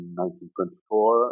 1924